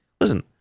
listen